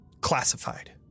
classified